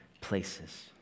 places